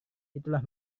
itulah